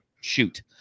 shoot